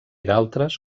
d’altres